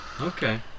Okay